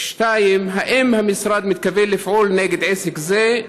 2. האם המשרד מתכוון לפעול נגד עסק זה,